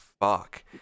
fuck